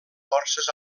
forces